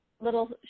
little